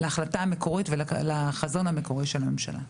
להחלטה המקורית ולחזון המקורי של הממשלה.